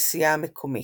בכנסייה המקומית.